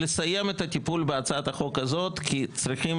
לסיים את הטיפול בהצעת החוק הזאת כי צריכים